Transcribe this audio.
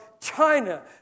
China